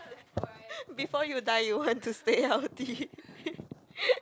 before you die you want to stay healthy